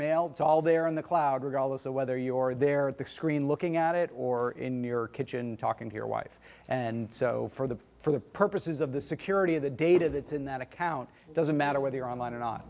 mailbox all there in the cloud regardless of whether your there at the screen looking at it or in near kitchen talking to your wife and so for the for the purposes of the security of the data that's in that account it doesn't matter whether you're online or not